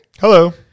Hello